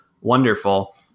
wonderful